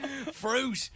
Fruit